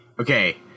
okay